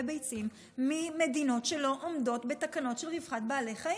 ביצים ממדינות שלא עומדות בתקנות של רווחת בעלי חיים.